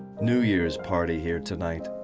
new year's party here tonight.